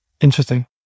Interesting